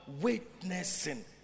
Witnessing